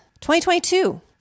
2022